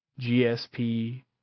GSP